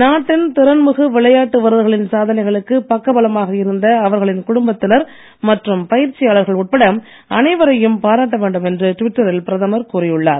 நாட்டின் திறன்மிகு விளையாட்டு வீரர்களின் சாதனைகளுக்கு பக்கபலமாக இருந்த அவர்களின் குடும்பத்தினர் மற்றம் பயிற்சியாளர்கள் உட்பட அனைவரையும் பாராட்ட வேண்டும் என்று ட்விட்டரில் பிரதமர் கூறியுள்ளார்